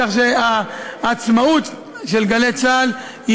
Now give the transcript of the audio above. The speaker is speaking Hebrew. כך שהעצמאות של גלי צה"ל,